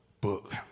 book